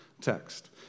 text